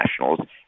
Nationals